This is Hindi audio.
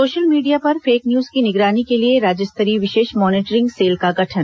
सोशल मीडिया पर फेक न्यूज की निगरानी के लिए राज्य स्तरीय विशेष मॉनिटरिंग सेल का गठन